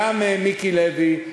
גם מיקי לוי,